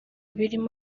birimo